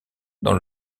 dans